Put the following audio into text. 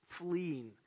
fleeing